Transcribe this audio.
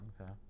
Okay